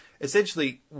essentially